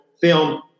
film